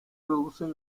producen